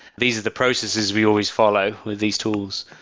these are the processes we always follow with these tools.